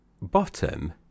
bottom